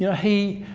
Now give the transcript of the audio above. yeah he,